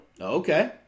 Okay